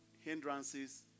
hindrances